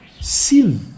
sin